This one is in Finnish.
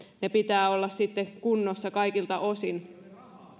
ne pitää olla kunnossa kaikilta osin